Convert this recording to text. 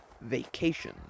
vacation